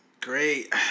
Great